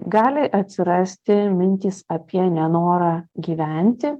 gali atsirasti mintys apie nenorą gyventi